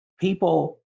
people